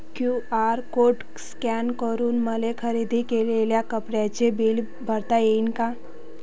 QR code scan करून मले खरेदी केलेल्या कापडाचे बिल भरता यीन का?